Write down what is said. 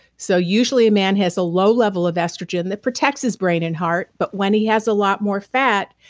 so usually a man has a low level of estrogen that protects his brain and heart, but when he has a lot more fat,